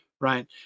right